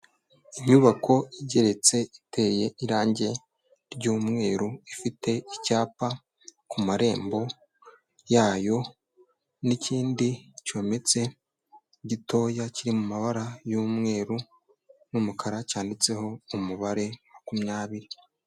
Inyubako igeretse iteye irange ry'umweru ifite icyapa ku marembo yayo, n'ikindi cyometse gitoya kiri mu mabara y'umweru n'umukara, cyanditseho umubare makumyabiri.